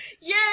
Yay